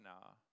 now